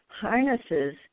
harnesses